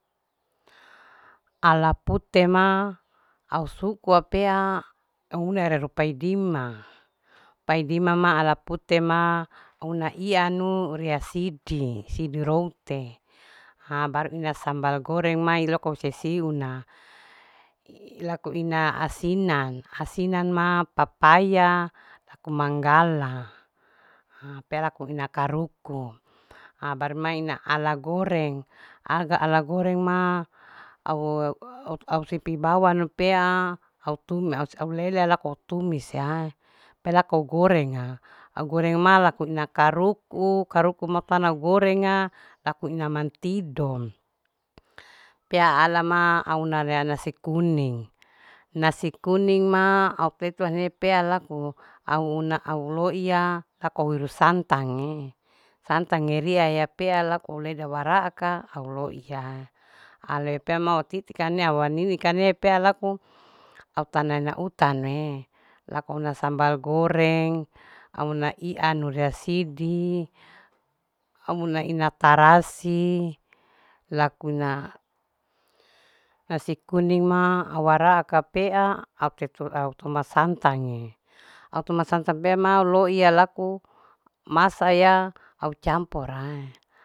Ala pute ma au suku wapea au ne re rupaidima, paidima ma ala pute ma una iyanu urea sidi. sidi route ha baru ina sambal goreng ma iloko sisi una iilako ina asinan. asinanma papaya laku manggala ha peraku ina karuku ha baru maina ala goreng aga ala goreng ma auu sipi bawanu pea au tuna au lele lako tumis ya pea lako gorenga au goreng ma laku ina karuku. karuku matauna gorenga laku ina mantidom pea alama au una reana nasi kuning nasi kuning ma au petu lapea laku au una au loiya takoiru santange. santange ria iya pea laku ureda walaaka au loiya ale pemotiti kane awane pea laku au tanana utanue laku una sambal goreng auna iyanu ria sidi au una ina tarasi lakuna nasi kuning ma au waraaka pea au tetu au tuma santage au tuma santang bema laku masaya au camporae